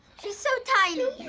she's so tiny.